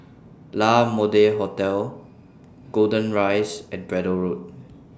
La Mode Hotel Golden Rise and Braddell Road